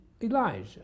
Elijah